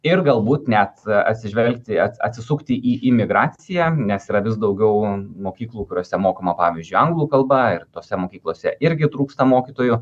ir galbūt net atsižvelgti at atsisukti į imigraciją nes yra vis daugiau mokyklų kuriose mokoma pavyzdžiui anglų kalba ir tose mokyklose irgi trūksta mokytojų